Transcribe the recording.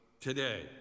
today